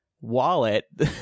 wallet